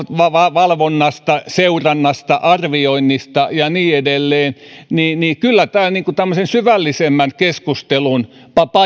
valvonnasta seurannasta arvioinnista ja niin edelleen niin niin kyllä tämä tämmöisen syvällisemmän keskustelun